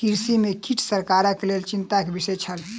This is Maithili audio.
कृषि में कीट सरकारक लेल चिंता के विषय छल